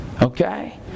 Okay